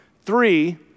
Three